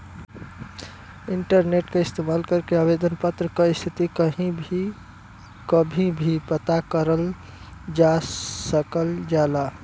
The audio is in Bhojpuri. इंटरनेट क इस्तेमाल करके आवेदन पत्र क स्थिति कहीं भी कभी भी पता करल जा सकल जाला